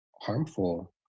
harmful